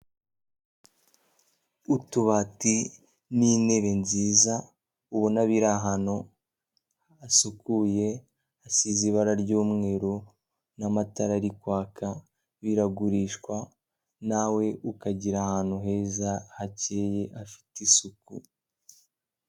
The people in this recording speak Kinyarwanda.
Utubati n'intebe nziza, ubona biri ahantu hasukuye hasize ibara ry'umweru n'amatara arikwaka, biragurishwa nawe ukagira ahantu heza hakeye afite isuku.